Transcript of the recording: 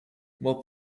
while